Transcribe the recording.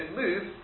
move